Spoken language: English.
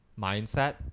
mindset